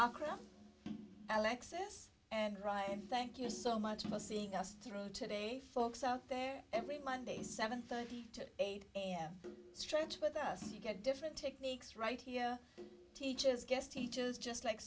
aka alexis and ryan thank you so much my seeing us through today folks out there every monday seven thirty to eight am stretch with us you get different techniques right here teachers guest teachers just like